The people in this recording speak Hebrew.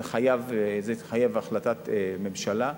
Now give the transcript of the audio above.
זה מחייב החלטת ממשלה,